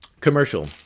commercial